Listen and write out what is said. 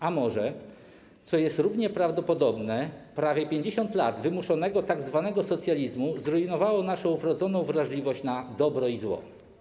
A może - co jest równie prawdopodobne - prawie 50 lat wymuszonego tzw. socjalizmu zrujnowało naszą wrodzoną wrażliwość na dobro i zło?